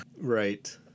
right